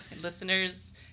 Listeners